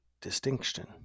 distinction